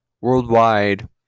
worldwide